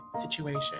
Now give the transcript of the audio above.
situation